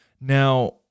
Now